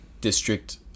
district